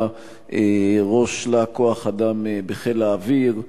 היה ראש להק כוח-אדם בחיל האוויר.